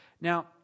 Now